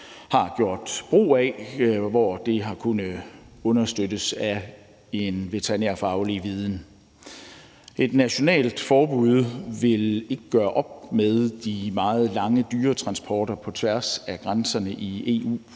har gjort brug af, hvor det har kunnet understøttes af en veterinærfaglig viden. Et nationalt forbud vil ikke gøre op med de meget lange dyretransporter på tværs af grænserne i EU,